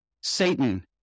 Satan